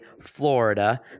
Florida